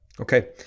Okay